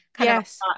Yes